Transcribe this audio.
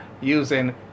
using